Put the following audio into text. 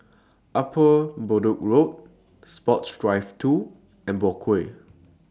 Upper Bedok Road Sports Drive two and Boat Quay